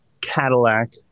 Cadillac